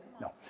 No